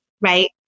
right